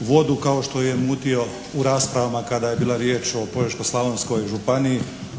vodu kao što je mutio u raspravama kada je bila riječ o Požeško-slavonskoj županiji,